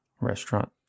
restaurant